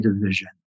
division